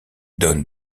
donne